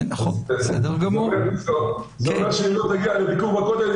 זה אומר שאם לא תגיע לביקור בכותל,